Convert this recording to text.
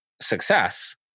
success